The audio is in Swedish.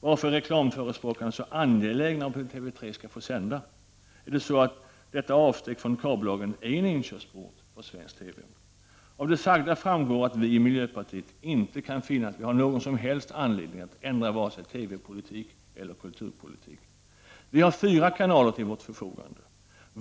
Varför är förespråkarna av reklam TV så angelägna om att TV 3 skall få sända? Är det så att detta avsteg från kabellagen är en inkörsport för svensk reklam-TV? Av det sagda framgår att vi i miljöpartiet inte kan finna att vi har någon som helst anledning att ändra vare sig TV-politik eller kulturpolitik. Vi har fyra kanaler till vårt förfogande.